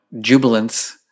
jubilance